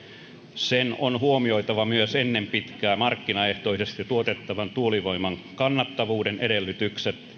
sen on huomioitava myös ennen pitkää markkinaehtoisesti tuotettavan tuulivoiman kannattavuuden edellytykset